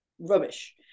rubbish